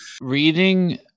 Reading